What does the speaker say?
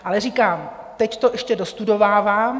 Ale říkám, teď to ještě dostudovávám.